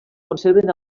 conserven